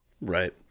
Right